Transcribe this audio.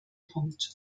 punkt